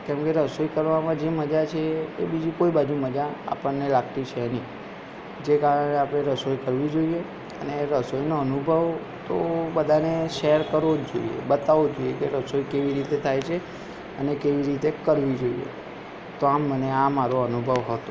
કેમ કે રસોઈ કરવામાં જે મજા છે એ બીજી કોઈ બાજુ મજા આપણને લાગતી છે નહીં જે કારણે આપણે રસોઈ કરવી જોઈએ અને રસોઈનો અનુભવ તો બધાને શેર કરવો જ જોઈએ બતાવવો જ જોઈએ કે રસોઈ કેવી રીતે થાય છે અને કેવી રીતે કરવી જોઈએ તો આમ મને આ મારો અનુભવ હતો